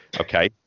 okay